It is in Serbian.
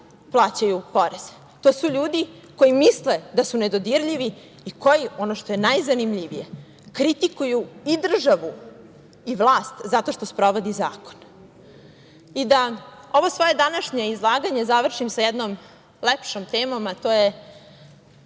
plaćaju porez. To su ljudi koji misle da su nedodirljivi i koji, ono što je najzanimljivije, kritikuju i državu i vlast zato što sprovodi zakon. Da svoje današnje izlaganje završim sa jednom lepšom temom, a to je